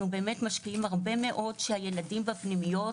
אנחנו באמת משקיעים הרבה מאוד כדי שהילדים בפנימיות,